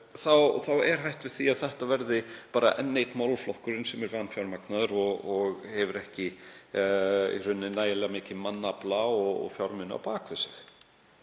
er hætt við því að þetta verði bara enn einn málaflokkurinn sem er vanfjármagnaður og hefur ekki nægilega mikinn mannafla og fjármuni á bak við sig.